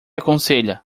aconselha